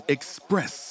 Express